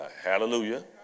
Hallelujah